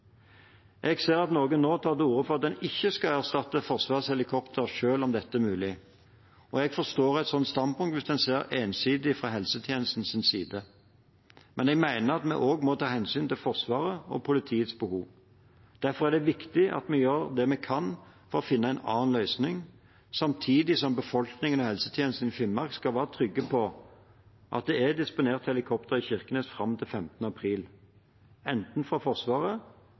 Jeg ser at noen nå tar til orde for at en ikke skal erstatte Forsvarets helikopter selv om dette er mulig, og jeg forstår et slikt standpunkt hvis en ser det ensidig fra helsetjenestens side. Men jeg mener vi også må ta hensyn til Forsvaret og politiets behov. Derfor er det viktig at vi gjør det vi kan for å finne en annen løsning, samtidig som befolkningen og helsetjenesten i Finnmark skal være trygge på at det er disponert helikopter i Kirkenes fram til 15. april, enten fra Forsvaret